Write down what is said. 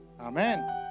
Amen